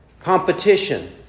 competition